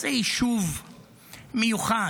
זה יישוב מיוחד,